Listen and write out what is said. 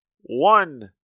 one